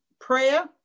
prayer